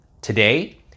today